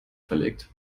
verlegt